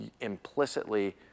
implicitly